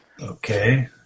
Okay